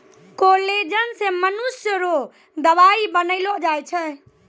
collagen से मनुष्य रो दवाई बनैलो जाय छै